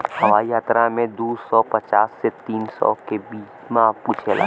हवाई यात्रा में दू सौ पचास से तीन सौ के बीमा पूछेला